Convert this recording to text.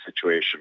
situation